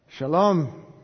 Shalom